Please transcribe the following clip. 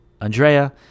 Andrea